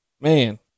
man